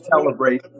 celebrate